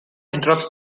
interrupts